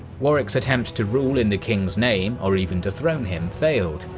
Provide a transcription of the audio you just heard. warwick's attempt to rule in the king's name or even dethrone him failed,